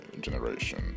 generation